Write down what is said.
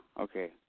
okay